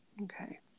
okay